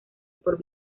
por